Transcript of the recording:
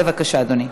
בבקשה, אדוני.